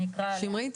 סליחה.